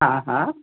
हा हा